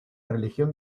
religión